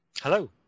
Hello